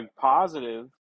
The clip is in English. positive